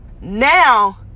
now